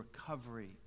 recovery